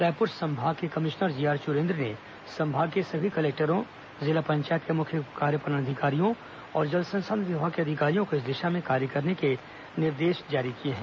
रायपुर संभाग के commissioner G R Churendra ने संभाग के सभी कलेक्टरों जिला पंचायत के मुख्य कार्यपालन अधिकारियों और जल संसाधन विभाग के अधिकारियों को इस दिशा में कार्य करने के निर्देश जारी किए हैं